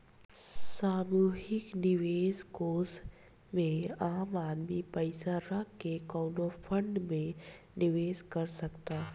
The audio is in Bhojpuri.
सामूहिक निवेश कोष में आम आदमी पइसा रख के कवनो फंड में निवेश कर सकता